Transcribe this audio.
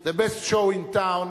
זה the best show in town,